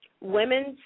Women's